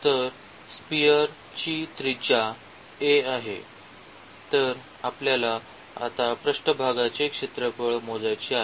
तर स्पिअरची त्रिज्या a आहे तर आपल्याला आता पृष्ठभागाचे क्षेत्रफळ मोजायचे आहे